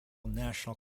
national